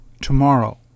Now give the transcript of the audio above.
tomorrow